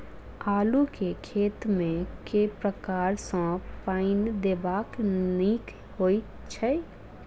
आलु केँ खेत मे केँ प्रकार सँ पानि देबाक नीक होइ छै?